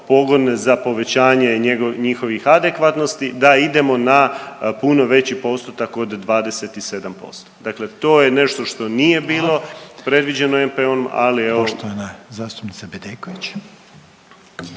pogodne za povećanje njihovih adekvatnosti, da idemo na puno veći postotak od 27%. Dakle, to je nešto što nije bilo predviđeno NPO-om, ali evo. **Reiner, Željko (HDZ)** Zastupnica Bedeković.